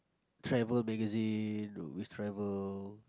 travel magazine always travel